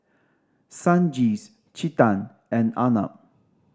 Sanjeev Chetan and Arnab